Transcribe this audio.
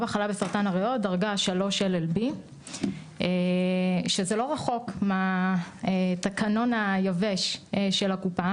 אבא חלה בסרטן הריאות דרגה שלוש LLB שזה לא רחוק מהתקנון היבש של הקופה